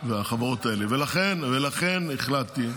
ולכן החלטתי,